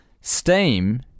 Steam